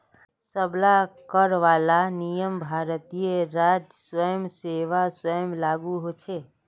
सब ला कर वाला नियम भारतीय राजस्व सेवा स्व लागू होछे